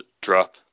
drop